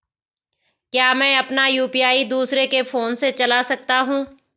क्या मैं अपना यु.पी.आई दूसरे के फोन से चला सकता हूँ?